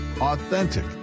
authentic